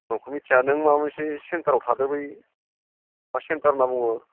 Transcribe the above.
न'खो मिथिया नों माबा मोनसे सेन्टाराव थादो बै मा सेन्टार होनना बुङो